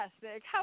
fantastic